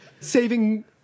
saving